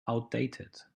outdated